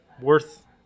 worth